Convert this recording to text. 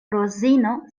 rozino